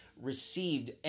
received